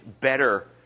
better